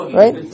right